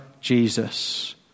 Jesus